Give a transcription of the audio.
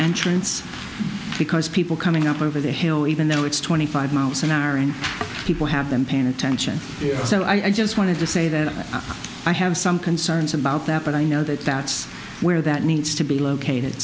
entrance because people coming up over the hill even though it's twenty five miles an hour and people have been paying attention so i just wanted to say that i have some concerns about that but i know that that's where that needs to be located